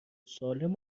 سالم